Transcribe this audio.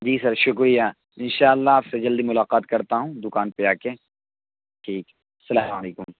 جی sir شکریہ انشآء اللہ آپ سے جلدی ملاقات کرتا ہوں دکان پہ آکے ٹھیک اسلام علیکم